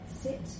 Sit